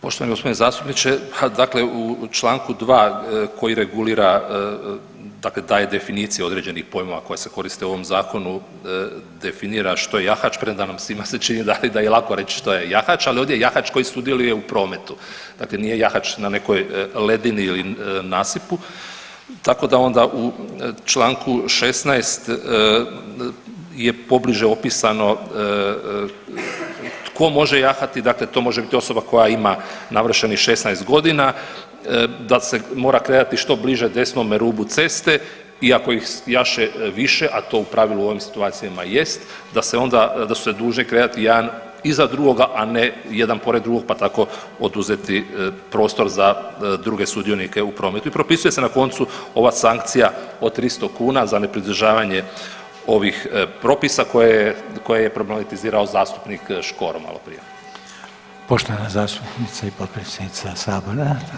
Poštovani g. zastupniče, dakle u čl. 2. koji regulira dakle ta je definicija određenih pojmova koja se koriste u ovom zakonu definira što je jahač premda nam svima se čini da, da je lako reć što je jahač, al ovdje je jahač koji sudjeluje u prometu, dakle nije jahač na nekoj ledini ili nasipu, tako da onda u čl. 16. je pobliže opisano tko može jahati, dakle to može biti osoba koja ima navršenih 16.g., da se mora kretati što bliže desnome rubu ceste i ako ih jaše više, a to u pravilu u ovim situacijama jest da se onda, da su se dužni kretati jedan iza drugoga, a ne jedan pored drugog, pa tako oduzeti prostor za druge sudionike u prometu i propisuje se na koncu ova sankcija od 300 kuna za nepridržavanje ovih propisa koje je, koje je problematizirao zastupnik Škoro maloprije.